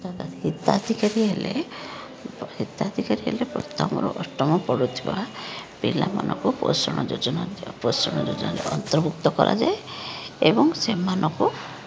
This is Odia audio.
ତା'ର ହିତାଧିକାରୀ ହେଲେ ହିତାଧିକାରୀ ହେଲେ ପ୍ରଥମରୁ ଅଷ୍ଟମ ପଢ଼ୁ ଥିବା ପିଲାମାନଙ୍କୁ ପୋଷଣ ଯୋଜନା ପୋଷଣ ଯୋଜନା ଅନ୍ତର୍ଭୁକ୍ତ କରାଯାଏ ଏବଂ ସେମାନଙ୍କୁ